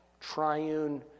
triune